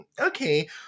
okay